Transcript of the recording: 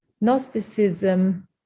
Gnosticism